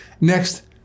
Next